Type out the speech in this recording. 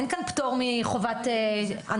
אין כאן פטור מחובת הנחה.